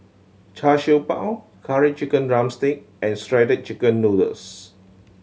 Char Siew Bao Curry Chicken drumstick and Shredded Chicken Noodles